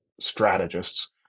strategists